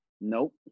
Nope